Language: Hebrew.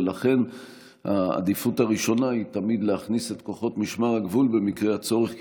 ולכן העדיפות הראשונה היא תמיד להכניס את כוחות משמר הגבול במקרה הצורך,